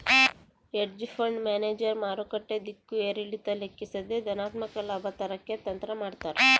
hedge fund manager ಮಾರುಕಟ್ಟೆ ದಿಕ್ಕು ಏರಿಳಿತ ಲೆಕ್ಕಿಸದೆ ಧನಾತ್ಮಕ ಲಾಭ ತರಕ್ಕೆ ತಂತ್ರ ಮಾಡ್ತಾರ